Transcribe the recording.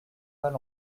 val